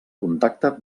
contacte